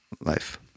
life